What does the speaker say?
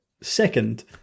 second